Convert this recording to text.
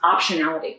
optionality